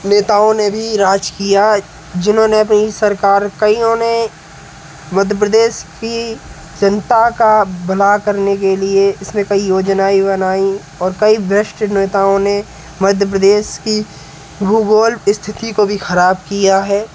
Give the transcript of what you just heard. नेताओं ने भी राज किया जिन्होंने वहीं सरकार कईयों ने मध्य प्रदेश की जनता का भला करने के लिए इसमें कई योजनाई बनाईं और कई भ्रष्ट नेताओं ने मध्य प्रदेश की भुगोल की स्थिति को भी खराब किया है